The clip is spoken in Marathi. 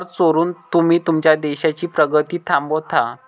कर चोरून तुम्ही तुमच्या देशाची प्रगती थांबवत आहात